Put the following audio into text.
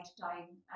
time